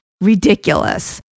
ridiculous